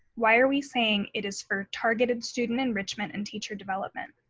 why are we saying it is for targeted student enrichment and teacher development,